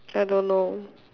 I don't know